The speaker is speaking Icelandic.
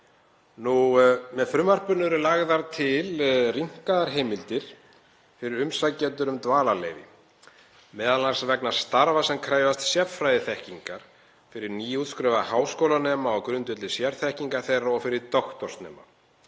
Með frumvarpinu eru lagðar til rýmkaðar heimildir fyrir umsækjendur um dvalarleyfi, m.a. vegna starfa sem krefjast sérfræðiþekkingar, fyrir nýútskrifaða háskólanema á grundvelli sérþekkingar þeirra og fyrir doktorsnema.